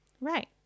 right